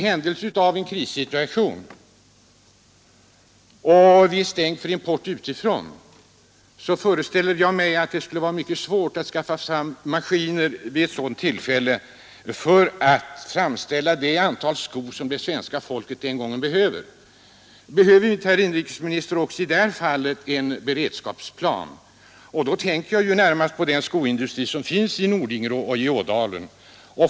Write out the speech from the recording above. I händelse av en krissituation, då vi blir avstängda från import utifrån, föreställer jag mig att det skulle bli svårt att skaffa fram maskiner för att framställa det antal skor som det svenska folket den gången behöver. Måste vi inte, herr inrikesminister, också i det här fallet ha en beredskapsplan? Jag tänker i detta sammanhang närmast på den skoindustri som finns i Nordingrå och Ådalen.